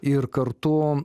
ir kartu